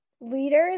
leaders